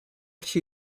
two